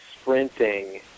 sprinting